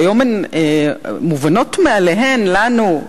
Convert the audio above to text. שהיום הן מובנות מאליהן לנו,